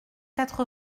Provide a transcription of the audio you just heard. quatre